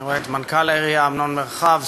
אני רואה את מנכ"ל העירייה אמנון מרחב,